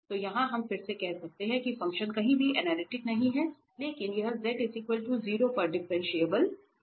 तो यहां हम फिर से कह सकते हैं कि फ़ंक्शन कहीं भी एनालिटिक नहीं है लेकिन यह Z 0 पर डिफरेंशिएबल है